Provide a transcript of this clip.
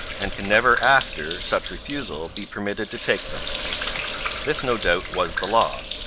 and can never after such refusal be permitted to take them this, no doubt, was the law.